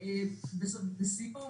בסיום,